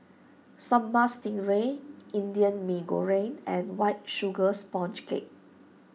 Sambal Stingray Indian Mee Goreng and White Sugar Sponge Cake